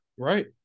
Right